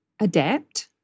adapt